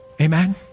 Amen